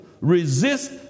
Resist